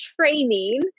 training